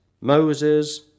Moses